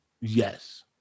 Yes